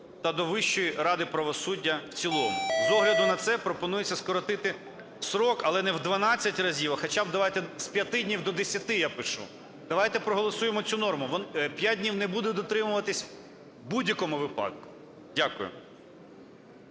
та до Вищої ради правосуддя в цілому. З огляду на це пропонується скоротити строк, але не в 12 разів, а хоча б давайте з 5 днів до 10, я пишу. Давайте проголосуємо цю норму. 5 днів не буде дотримуватись у будь-якому випадку. Дякую.